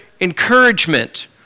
encouragement